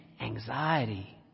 anxiety